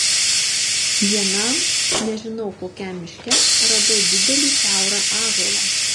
vienam nežinau kokiam miške radau didelį kiaurą ąžuolą